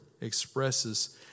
expresses